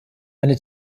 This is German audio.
eine